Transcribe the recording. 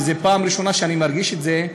וזו הפעם הראשונה שאני מרגיש את זה,